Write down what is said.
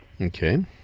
Okay